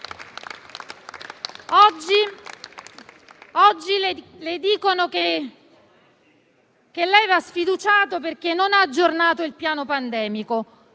Oggi le dicono che deve essere sfiduciato perché non ha aggiornato il piano pandemico.